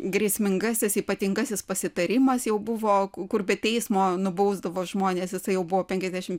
grėsmingasis ypatingasis pasitarimas jau buvo kur be teismo nubausdavo žmones esą jau buvo penkiasdešimt